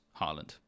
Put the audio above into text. Haaland